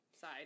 side